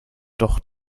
doch